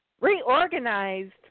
reorganized